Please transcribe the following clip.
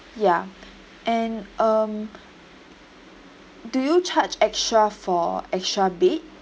ya and um do you charge extra for extra bed